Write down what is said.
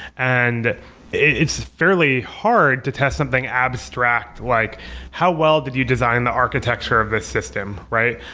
and it's fairly hard to test something abstract, like how well did you design the architecture of this system, right?